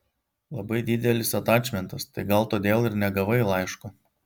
labai didelis atačmentas tai gal todėl ir negavai laiško